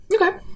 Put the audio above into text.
Okay